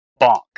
bonk